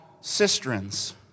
cisterns